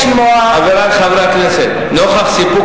יש לנו בעיה קשה ביותר שאנחנו מתמודדים אתה,